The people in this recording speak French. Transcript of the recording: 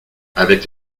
avec